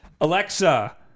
alexa